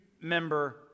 member